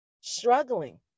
struggling